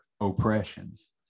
oppressions